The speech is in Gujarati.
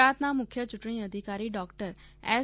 ગુજરાતના મુખ્ય યૂંટણી અધિકારી ડોક્ટર એસ